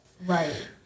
Right